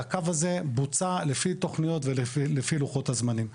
והקו הזה בוצע לפי תוכניות ולפי לוחות הזמנים.